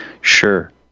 Sure